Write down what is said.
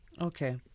Okay